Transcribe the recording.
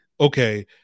okay